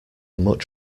much